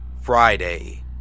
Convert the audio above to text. Friday